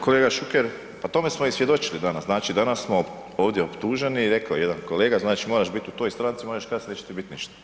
Kolega Šuker, pa tome smo i svjedočili danas, znači danas smo ovdje optuženi, rekao je jedan kolega, znači moraš biti u toj stranci, moraš jer kasnije ti neće biti ništa.